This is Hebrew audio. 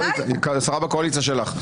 שרה בקואליציה שלך.